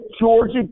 Georgia